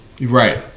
Right